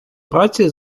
праці